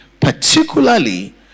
particularly